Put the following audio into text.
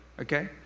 Okay